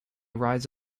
rise